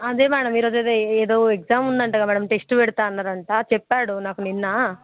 అదే మ్యాడమ్ ఈరోజు ఏదో ఏదో ఎగ్జామ్ ఉందంటగా టెస్ట్ పెడతా అన్నారంట చెప్పాడు నాకు నిన్న